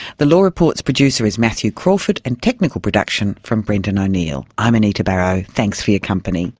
the law report's producer is matthew crawford, and technical production from brendan o'neill. i'm anita barraud, thanks for your company